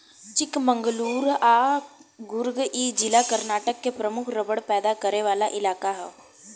चिकमंगलूर आ कुर्ग इ जिला कर्नाटक के प्रमुख रबड़ पैदा करे वाला इलाका ह